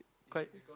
quite